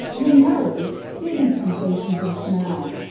the nose, giving sensations of smell.